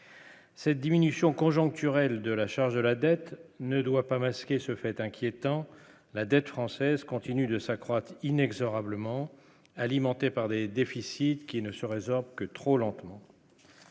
Cette diminution conjoncturelle de la charge de la dette ne doit pas masquer ce fait inquiétant, la dette française continue de s'accroître inexorablement alimentées par des déficits qui ne se résorbe que trop lentement.